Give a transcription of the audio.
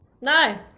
No